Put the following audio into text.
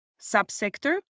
subsector